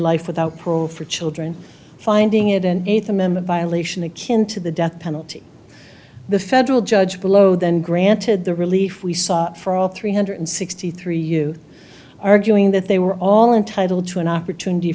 life without parole for children finding it an eighth amendment violation a kin to the death penalty the federal judge below then granted the relief we saw for all three hundred sixty three you arguing that they were all entitled to an opportunity